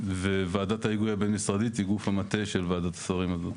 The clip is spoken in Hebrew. ועדת ההיגוי הבין-משרדית היא גוף המטה של ועדת השרים הזאת.